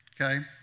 okay